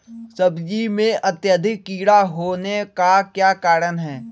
सब्जी में अत्यधिक कीड़ा होने का क्या कारण हैं?